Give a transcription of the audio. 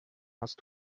hast